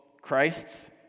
Christ's